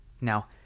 Now